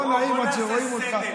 לא נעים, עד שרואים אותך.